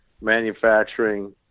manufacturing